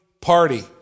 party